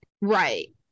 Right